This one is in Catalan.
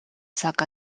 sac